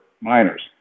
miners